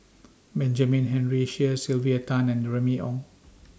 Benjamin Henry Sheares Sylvia Tan and Remy Ong